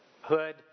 hood